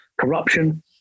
corruption